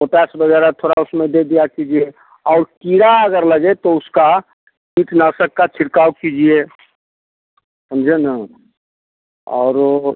potash वगैरह थोड़ा उसमें दे दिया कीजिए और कीड़ा अगर लगे तो उसका कीटनाशक का छिड़काव कीजिए समझे ना और वो